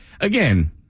again